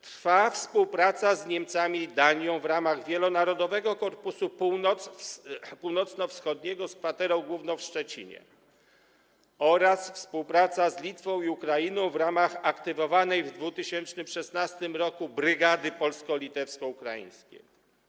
Trwa współpraca z Niemcami i Danią w ramach Wielonarodowego Korpusu Północno-Wschodniego z kwaterą główną w Szczecinie oraz współpraca z Litwą i Ukrainą w ramach aktywowanej w 2016 r. brygady polsko-litewsko-ukraińskiej.